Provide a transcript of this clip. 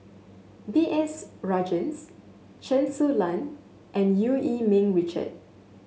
B S Rajhans Chen Su Lan and Eu Yee Ming Richard